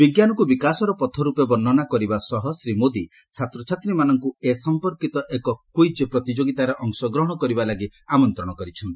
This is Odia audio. ବିଜ୍ଞାନକୁ ବିକାଶର ପଥ ରୂପେ ବର୍ଷନା କରିବା ସହ ଶ୍ରୀ ମୋଦି ଛାତ୍ରଛାତ୍ରୀମାନଙ୍କୁ ଏ ସମ୍ପର୍କିତ ଏକ କ୍ୱିକ୍ ପ୍ରତିଯୋଗିତାରେ ଅଂଶଗ୍ରହଣ କରିବା ଲାଗି ଆମନ୍ତ୍ରଣ କରିଛନ୍ତି